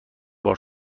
بار